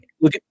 Look